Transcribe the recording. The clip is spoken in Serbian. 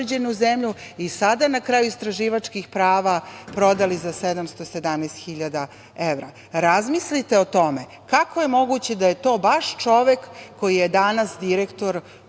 i sada na kraju istraživačkih prava prodali za 717.000 evra. Razmislite o tome. Kako je moguće da je to baš čovek koji je danas direktor